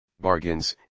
bargains